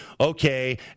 okay